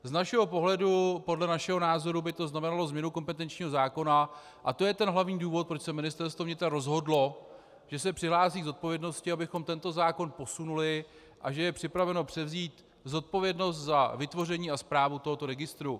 Z našeho pohledu a podle našeho názoru by to znamenalo změnu kompetenčního zákona a to je hlavní důvod, proč se Ministerstvo vnitra rozhodlo, že se přihlásí k zodpovědnosti, abychom tento zákon posunuli, a že je připraveno převzít zodpovědnost za vytvoření a správu tohoto registru.